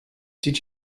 did